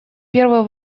первый